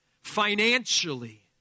financially